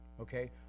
Okay